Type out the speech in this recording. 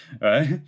right